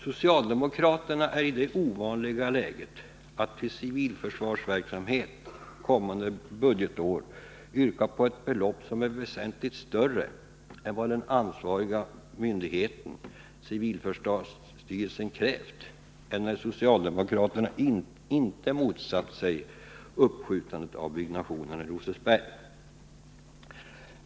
Socialdemokraterna är i det ovanliga läget att de till civilförsvarsverksamhet för kommande budgetår yrkar på ett belopp som är väsentligt större än vad som krävts av den ansvariga myndigheten, civilförsvarsstyrelsen. enär socialdemokraterna inte motsatt sig uppskjutandet av bvggnationerna i Rosersberg.